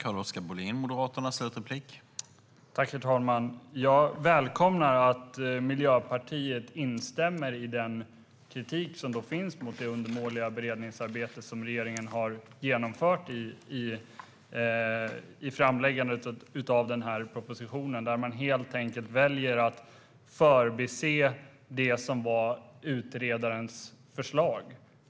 Herr talman! Jag välkomnar att Miljöpartiet instämmer i den kritik som finns mot det undermåliga beredningsarbete som regeringen har genomfört i framläggandet av propositionen. Man väljer där att helt enkelt förbise det som var utredarens förslag.